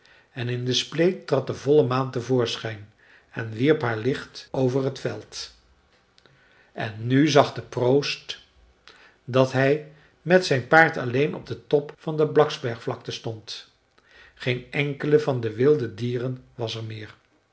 en in de spleet trad de volle maan te voorschijn en wierp haar licht over t veld en nu zag de proost dat hij met zijn paard alleen op den top van de blacksbergvlakte stond geen enkele van de wilde dieren was er meer